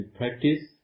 practice